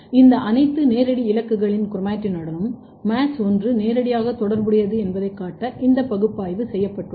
இந்த அனைத்து நேரடி இலக்குகளின் குரோமாடினுடனும் MADS1 நேரடியாக தொடர்புடையது என்பதைக் காட்ட இந்த பகுப்பாய்வு செய்யப்பட்டுள்ளது